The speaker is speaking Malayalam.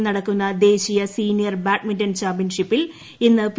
ഗൂവാഹത്തിയിൽ നടക്കുന്ന ദേശീയ സീനിയർ ബാഡ്മിന്റൺ ചാമ്പ്യൻഷിപ്പിൽ ഇന്ന് പി